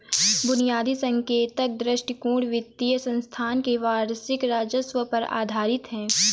बुनियादी संकेतक दृष्टिकोण वित्तीय संस्थान के वार्षिक राजस्व पर आधारित है